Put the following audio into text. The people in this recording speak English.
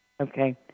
Okay